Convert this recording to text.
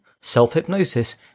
self-hypnosis